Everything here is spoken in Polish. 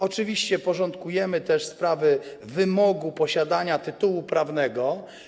Oczywiście porządkujemy też sprawy wymogu posiadania tytułu prawnego.